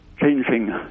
changing